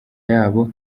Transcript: yabo